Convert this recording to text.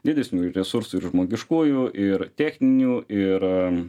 didesnių resursų ir žmogiškųjų ir techninių ir